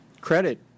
credit